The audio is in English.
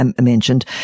mentioned